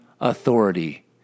authority